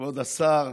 כבוד השר,